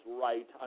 right